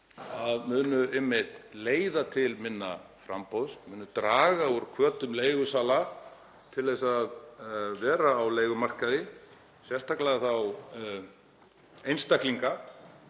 að muni leiða til minna framboðs, muni draga úr hvötum leigusala til að vera á leigumarkaði, sérstaklega þá einstaklinga,